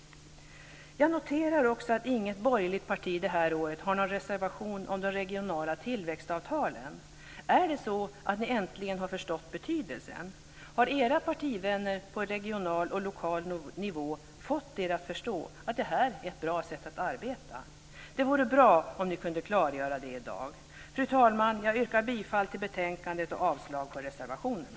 Jag noterar att inget borgerligt parti detta år har någon reservation om de regionala tillväxtavtalen. Är det så att ni äntligen har förstått betydelsen? Har era partivänner på regional och lokal nivå fått er att förstå att detta är ett bra sätt att arbeta på? Det vore bra om ni kunde klargöra det i dag. Fru talman! Jag yrkar bifall till hemställan i betänkandet och avslag på reservationerna.